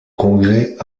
congrès